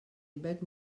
yfed